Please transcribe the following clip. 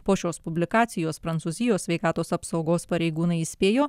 po šios publikacijos prancūzijos sveikatos apsaugos pareigūnai įspėjo